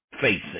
facing